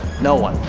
no one.